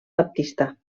baptista